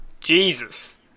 Jesus